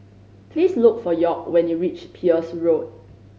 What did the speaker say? please look for York when you reach Peirce Road